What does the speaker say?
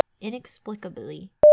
inexplicably